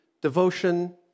devotion